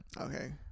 Okay